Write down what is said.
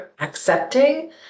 accepting